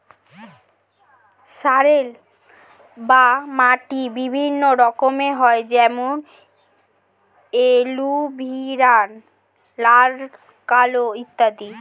soil বা মাটি বিভিন্ন রকমের হয় যেমন এলুভিয়াল, লাল, কালো ইত্যাদি